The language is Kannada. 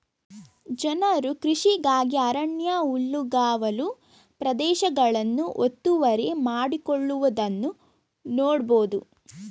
ಜನರು ಕೃಷಿಗಾಗಿ ಅರಣ್ಯ ಹುಲ್ಲುಗಾವಲು ಪ್ರದೇಶಗಳನ್ನು ಒತ್ತುವರಿ ಮಾಡಿಕೊಳ್ಳುವುದನ್ನು ನೋಡ್ಬೋದು